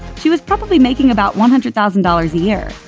she was probably making about one hundred thousand dollars a year.